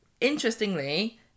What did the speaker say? interestingly